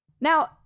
now